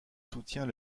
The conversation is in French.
soutient